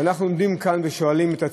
ואנחנו עומדים כאן, שואלים את עצמנו,